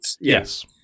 yes